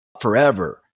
forever